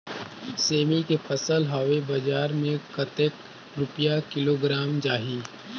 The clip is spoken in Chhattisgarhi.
सेमी के फसल हवे बजार मे कतेक रुपिया किलोग्राम जाही?